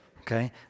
Okay